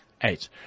Eight